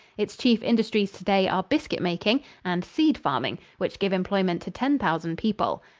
its chief industries today are biscuit making and seed farming, which give employment to ten thousand people.